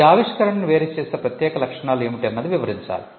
ఈ ఆవిష్కరణను వేరుచేసే ప్రత్యేక లక్షణాలు ఏమిటి అన్నది వివరించాలి